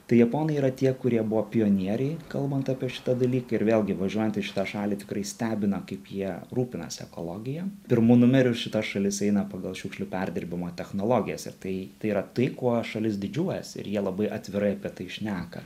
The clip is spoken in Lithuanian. tai japonai yra tie kurie buvo pionieriai kalbant apie šitą dalyką ir vėlgi važiuojant į šitą šalį tikrai stebina kaip jie rūpinasi ekologija pirmu numeriu šita šalis eina pagal šiukšlių perdirbimo technologijas ir tai tai yra tai kuo šalis didžiuojasi ir jie labai atvirai apie tai šneka